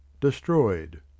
destroyed